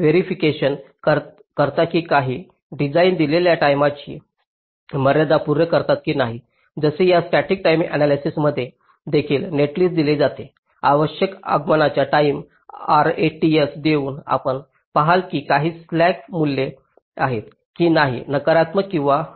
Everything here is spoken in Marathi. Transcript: वेरिफिकेशन करता की काही डिझाइन दिलेल्या टाईमची मर्यादा पूर्ण करतात की नाही जसे या स्टॅटिक टाईमिंग आण्यालायसिसमध्ये देखील नेटलिस्ट दिले जाते आवश्यक आगमनाच्या टाईमस RATs देऊन आपण पहाल की काही स्लॅक मूल्ये आहेत की नाही नकारात्मक किंवा नाही